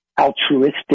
altruistic